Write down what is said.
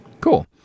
cool